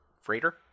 freighter